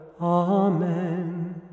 Amen